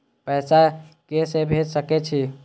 पैसा के से भेज सके छी?